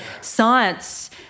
science